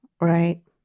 Right